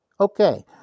Okay